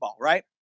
Right